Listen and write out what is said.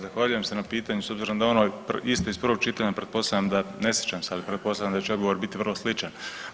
Zahvaljujem se na pitanju s obzirom da ono isto iz prvog čitanja, pretpostavljam da, ne sjećam se, ali pretpostavljam da će odgovor biti vrlo sličan.